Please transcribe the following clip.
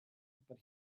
but